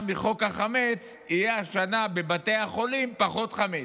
מחוק החמץ יהיה השנה בבתי החולים פחות חמץ.